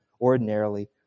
ordinarily